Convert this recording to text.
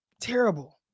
terrible